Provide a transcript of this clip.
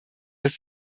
das